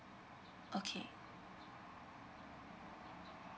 okay